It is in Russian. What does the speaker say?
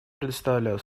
предоставляю